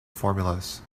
formulas